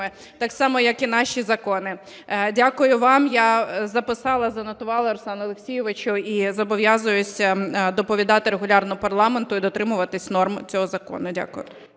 так само, як і наші закони. Дякую вам. Я записала, занотувала, Руслане Олексійовичу, і зобов'язуюся доповідати регулярно парламенту і дотримуватися норм цього закону. Дякую.